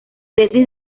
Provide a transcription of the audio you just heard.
tesis